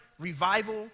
Revival